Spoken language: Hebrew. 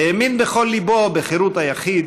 האמין בכל ליבו בחירות היחיד,